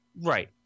Right